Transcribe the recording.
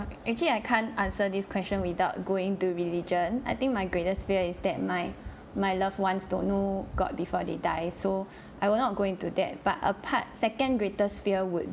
actually I can't answer this question without going to religion I think my greatest fear is that my my loved ones don't know god before they die so I will not go into that but apart second greatest fear would